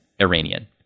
Iranian